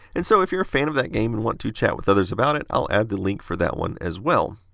and so if you are a fan of that game and want to chat with others about it, i'll add the link for that one as well.